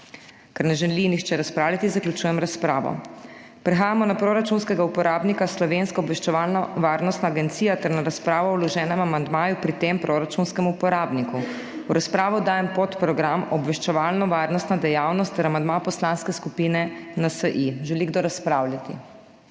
Ker ne želi nihče razpravljati, zaključujem razpravo. Prehajamo na proračunskega uporabnika Slovenska obveščevalno-varnostna agencija ter na razpravo o vloženem amandmaju pri tem proračunskem uporabniku. V razpravo dajem podprogram Obveščevalno-varnostna dejavnost ter amandma Poslanske skupine NSi. Želi kdo razpravljati?